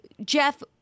Jeff